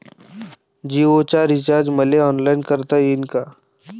जीओच रिचार्ज मले ऑनलाईन करता येईन का?